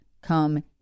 come